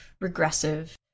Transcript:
regressive